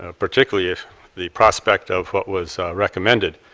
ah particularly if the prospect of what was recommended,